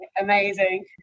amazing